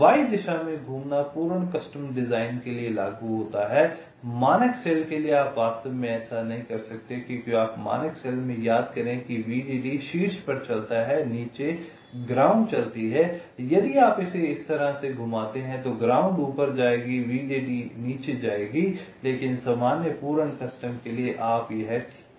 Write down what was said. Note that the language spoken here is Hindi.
Y दिशा में घूमना पूर्ण कस्टम डिजाइन के लिए लागू होता है मानक सेल के लिए आप वास्तव में ऐसा नहीं कर सकते क्योंकि आप मानक सेल में याद करें कि VDD शीर्ष पर चलता है और नीचे ग्राउंड चलती है यदि आप इस तरह से घुमाते हैं तो ग्राउंड ऊपर जाएगी और VDD नीचे जाएगी लेकिन सामान्य पूर्ण रीति के लिए आप यह ठीक कर सकते हैं